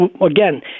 again